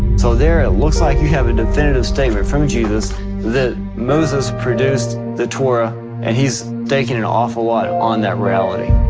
so there it looks like you have a definitive statement from jesus that moses produced the torah and he's staking an awful lot on that reality.